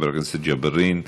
חבר הכנסת ג'בארין,